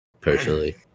personally